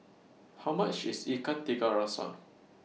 How much IS Ikan Tiga Rasa